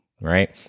right